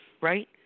right